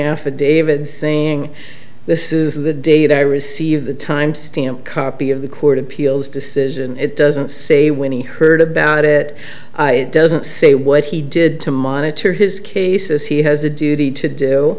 affidavit saying this is the date i received the timestamp copy of the court of appeals decision it doesn't say when he heard about it it doesn't say what he did to monitor his cases he has a duty to